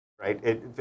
right